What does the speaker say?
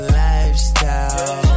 lifestyle